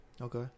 Okay